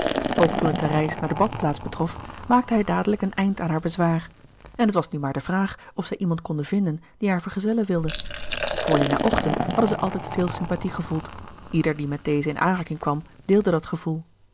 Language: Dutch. ook toen het de reis naar de badplaats betrof maakte hij dadelijk een eind aan haar bezwaar en t was nu maar de vraag of zij iemand konden vinden die haar vergezellen wilde voor lina ochten hadden zij altijd veel sympathie gevoeld ieder die met deze in aanraking kwam deelde dat gevoel